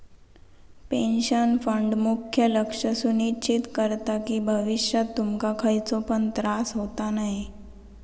pension fund मुख्य लक्ष सुनिश्चित करता कि भविष्यात तुमका खयचो पण त्रास होता नये